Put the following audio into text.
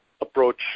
approach